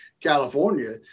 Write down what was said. California